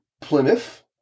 Plymouth